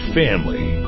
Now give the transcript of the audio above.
family